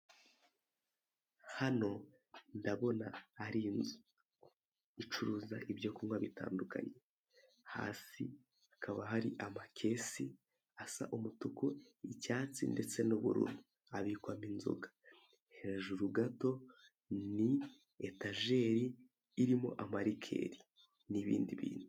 Hano ndabona hari inzu icuruza ibyo kunywa bitandukanye, hasi hakaba hari amakesi asa umutuku, icyatsi ndetse n'ubururu abikwamo inzoga, hejuru gato ni etajeri irimo amarikeri n'ibindi bintu.